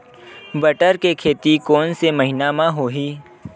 बटर के खेती कोन से महिना म होही?